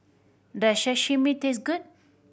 does Sashimi taste good